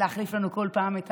להחליף לנו בכל פעם את